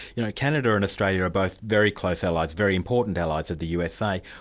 you know canada and australia are both very close allies, very important allies of the usa.